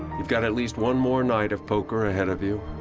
you've got at least one more night of poker ahead of you,